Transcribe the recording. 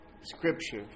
Scripture